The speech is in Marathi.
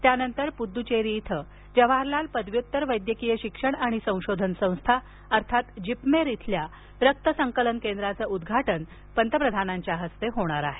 त्यानंतर पुददुचेरी इथं जवाहरलाल पदव्युतर वैद्यकीय शिक्षण आणि संशोधन संस्था जिपमेर इथल्या रक्त संकलन केंद्राचं उद्घाटन पंतप्रधानांच्या हस्ते होणार आहे